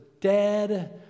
dead